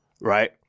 right